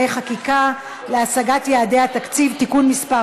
חקיקה להשגת יעדי התקציב) (תיקון מס'